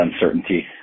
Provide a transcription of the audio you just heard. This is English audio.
uncertainty